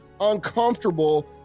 uncomfortable